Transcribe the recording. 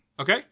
Okay